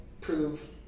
prove